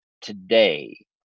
today